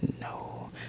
No